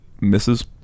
misses